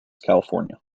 california